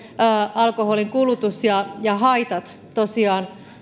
alkoholin kulutus ja ja haitat tosiaan